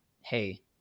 Hey